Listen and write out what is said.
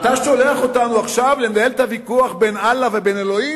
אתה שולח אותנו עכשיו לנהל את הוויכוח בין אללה ובין אלוהים?